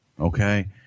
Okay